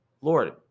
Lord